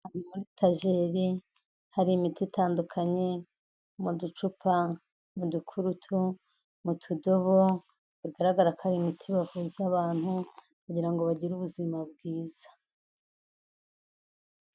Muri etajeri, hari imiti itandukanye, mu ducupa, mu dukurutu, mu tudobo, bagaragara ko hari imiti bavuza abantu, kugira ngo bagire ubuzima bwiza.